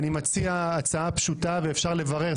אני מציע הצעה פשוטה ואפשר לברר.